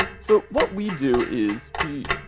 so, what we do is we